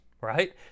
right